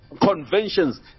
conventions